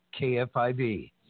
KFIV